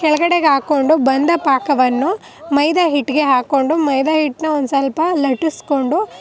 ಕೆಳ್ಗಡೆಗೆ ಹಾಕೊಂಡು ಬಂದ ಪಾಕವನ್ನು ಮೈದಾ ಹಿಟ್ಟಿಗೆ ಹಾಕೊಂಡು ಮೈದಾ ಹಿಟ್ಟನ್ನ ಒಂದು ಸ್ವಲ್ಪ ಲಟ್ಟಿಸ್ಕೊಂಡು